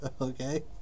okay